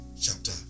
chapter